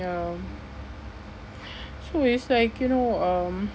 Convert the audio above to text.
ya so it's like you know um